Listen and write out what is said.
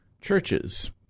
churches